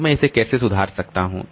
तो मैं इसे कैसे सुधार सकता हूं